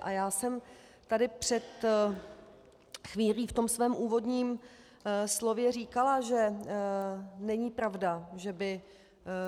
A já jsem tady před chvílí v tom úvodním slově říkala, že není pravda, že by